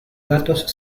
datos